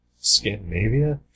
Scandinavia